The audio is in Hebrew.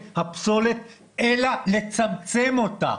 בוודאי, איזו שאלה.